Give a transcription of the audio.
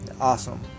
awesome